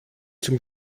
zum